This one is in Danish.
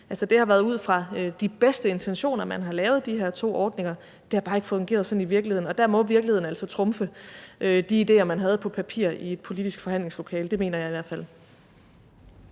Det har været ud fra de bedste intentioner, at man har lavet de her to ordninger. Det har bare ikke fungeret sådan i virkeligheden. Og der må virkeligheden altså trumfe de ideer, man havde på papiret i et politisk forhandlingslokale. Det mener jeg i hvert fald.